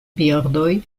birdoj